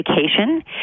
vacation